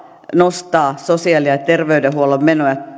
nostaa sosiaali ja terveydenhuollon menoja